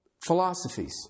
Philosophies